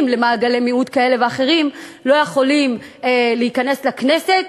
למעגלי מיעוט כאלה ואחרים לא יכולים להיכנס לכנסת,